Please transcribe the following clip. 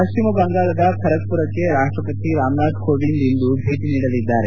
ಪಶ್ಚಿಮ ಬಂಗಾಳದ ಖರಗ್ಪುರಕ್ಕೆ ರಾಷ್ತ್ರಪತಿ ರಾಮನಾಥ್ ಕೋವಿಂದ್ ಅವರು ಇಂದು ಭೇಟಿ ನೀಡಲಿದ್ದಾರೆ